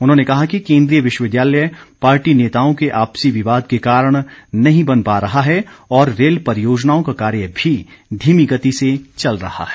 उन्होंने कहा कि केन्द्रीय विश्वविद्यालय पार्टी नेताओं के आपसी विवाद के कारण नहीं बन पा रहा है और रेल परियोजनाओं का कार्य भी धीमी गति से चल रहा है